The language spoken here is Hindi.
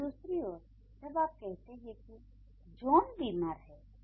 लेकिन दूसरी ओर जब आप कहते हैं कि जॉन बीमार है